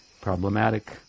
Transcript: problematic